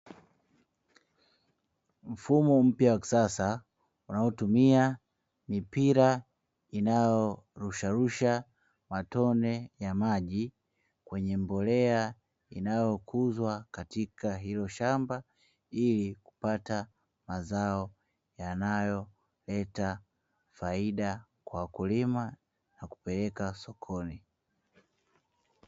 Mfumo mpya wa kisasa, unaotumia mipira inayorusharusha matone ya maji kwenye mbolea inayokuzwa katika hilo shamba, ili kupata mazao yanayoleta faida kwa wakulima na kupeleka sokoni.